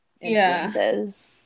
influences